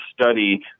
study